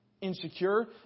Insecure